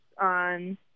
on